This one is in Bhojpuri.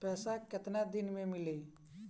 पैसा केतना दिन में मिली?